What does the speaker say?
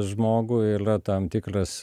žmogui ylia tam tikras